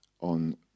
on